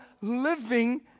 living